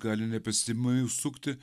gali nepastebimai užsukti